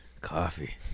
coffee